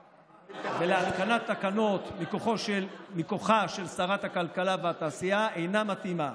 ולהתקנת תקנות מכוחה על שרת הכלכלה והתעשייה אינה מתאימה.